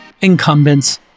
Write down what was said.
incumbents